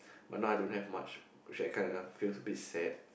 but now I don't have much which I kind of feels a bit sad